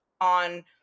on